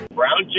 Brown